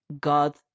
God